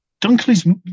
Dunkley's